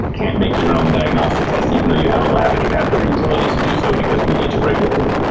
can't make your own diagnostic test even though you have a lab and you have the utilities to do so because we need to regulate it.